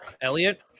Elliot